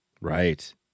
right